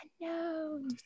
Unknown